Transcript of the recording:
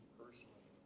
personally